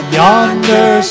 yonder